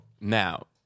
Now